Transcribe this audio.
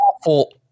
awful